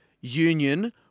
union